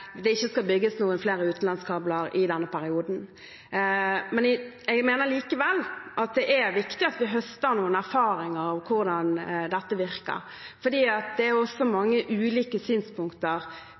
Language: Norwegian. det ikke skal bygges noen flere utenlandskabler i denne perioden. Jeg mener likevel at det er viktig at vi høster noen erfaringer om hvordan dette virker, for det er mange ulike synspunkter, også